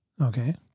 Okay